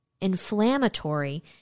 inflammatory